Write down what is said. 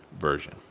Version